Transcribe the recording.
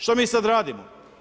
Što mi sada radimo?